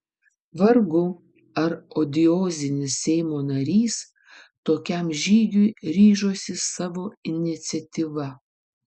vargu ar odiozinis seimo narys tokiam žygiui ryžosi savo iniciatyva